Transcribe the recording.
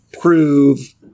prove